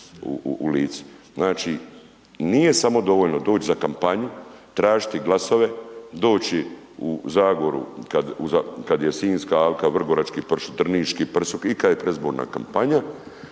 znači nije samo dovoljno doć za kampanju, tražiti glasove, doći u Zagoru, kad je Sinjska alka, vrgorački pršut, drniški pršut i kad je predizborna kampanja,